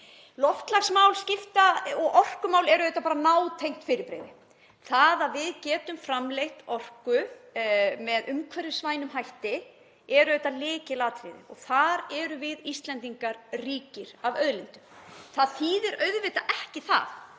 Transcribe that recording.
Loftslagsmál og orkumál eru auðvitað nátengd fyrirbrigði. Það að við getum framleitt orku með umhverfisvænum hætti er auðvitað lykilatriði og þar erum við Íslendingar rík af auðlindum. Það þýðir auðvitað ekki að